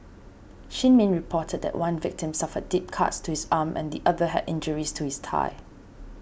Shin Min reported that one victim suffered deep cuts to his arm and the other had injuries to his thigh